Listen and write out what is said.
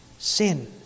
Sin